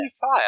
Fire